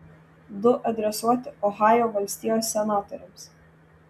du adresuoti ohajo valstijos senatoriams